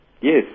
Yes